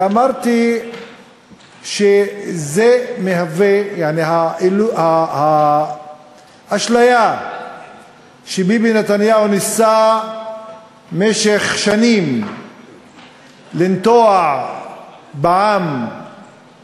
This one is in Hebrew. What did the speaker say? ואמרתי שזה מהווה אשליה שביבי נתניהו ניסה במשך שנים לנטוע בעם